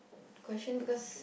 question because